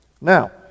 now